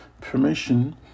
permission